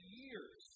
years